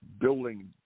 building